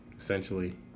essentially